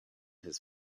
his